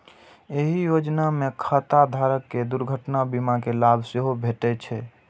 एहि योजना मे खाता धारक कें दुर्घटना बीमा के लाभ सेहो भेटै छै